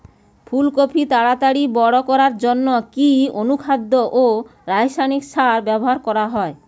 ফুল কপি তাড়াতাড়ি বড় করার জন্য কি অনুখাদ্য ও রাসায়নিক সার ব্যবহার করা যাবে?